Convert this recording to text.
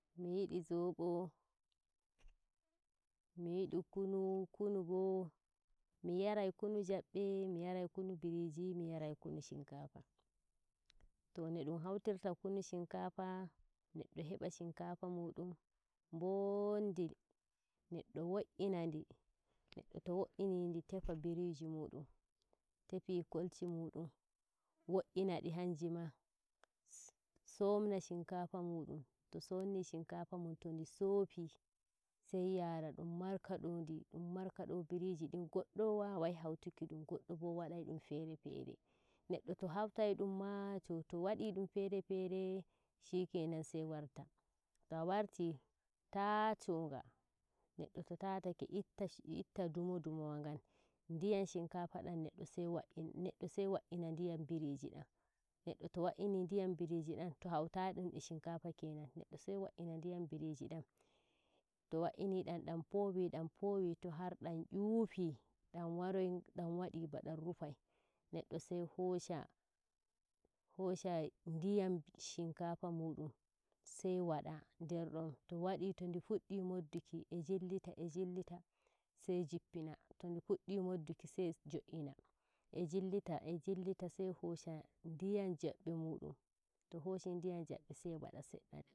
miyiɗi zobo mi yiɗi kunu, kunu bo mi yarai kunu jaɓɓe, mi yarai biiji mi yarai kkunu shinkafa. To no ɗum haurtirta kunu shinkafa muɗun, bondi neɗɗo wo'inadi, neɗɗo to wo'inidin tefa biriji, mudum tefi kolshi mudum wo'inadi hanjuma somna shinkafa muɗum to somni shinkafa muɗum to ndi sofi sai yara ɗum markado ndi dum markado biriji goɗɗo wawai hautokidum, goddo bo wadai dum fere fere neɗɗo to hawtai ɗum ma to to wadi ɗum fere fere shikenan sai warta. Taa warti aacho nga. Neɗɗ to butake ittu ɗumo ɗumo wo ngan adiyam hinkafa dam neddo sai wa'ina nɗiyam birij ɗam. Neɗɗo to wa'ini ndiyam biriji danto hewti e shinkafa kenan, neɗɗo sai wa'ina ndiyam biriji ɗam to wa'ini ɗam fofoi ɗam foowi, to har don nyufi ɗam warai dan waɗi ba dam Rufai neɗɗo sai hosha ndiyam shinkafa muɗum ai wada nedrdon, to wadi to ndi fuddi modduki e jillita e jillita sai jippina to ndi fuddi modduki sai jo'ina e jillita e jillita sai hosha ndiyam jaɓɓe muɗum to Hoshi ndiyam jaɓɓe sai wadai nder don seɗɗa.